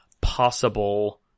possible